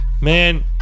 Man